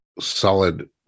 solid